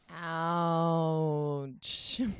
Ouch